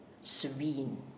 serene